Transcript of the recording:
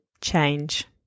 change